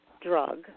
drug